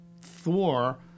Thor